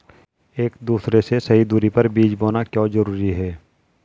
एक दूसरे से सही दूरी पर बीज बोना क्यों जरूरी है?